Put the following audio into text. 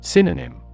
Synonym